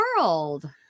world